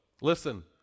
listen